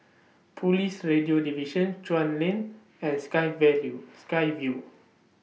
Police Radio Division Chuan Lane and Sky View Sky Vue